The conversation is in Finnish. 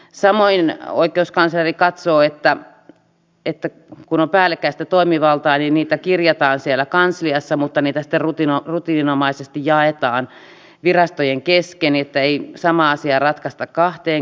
samoin oikeuskansleri katsoo että kun on päällekkäistä toimivaltaa niin tehtäviä kirjataan siellä kansliassa mutta niitä sitten rutiininomaisesti jaetaan virastojen kesken että ei samaa asiaa ratkaista kahteen kertaan